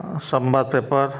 Sambad paper